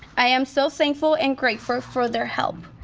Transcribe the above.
i am so thankful and grateful for their help.